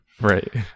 Right